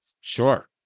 sure